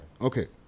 Okay